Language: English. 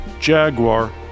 Jaguar